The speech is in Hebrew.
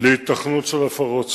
להיתכנות של הפרות סדר.